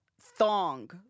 thong